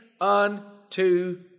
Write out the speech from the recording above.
unto